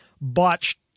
botched